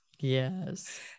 Yes